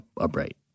upright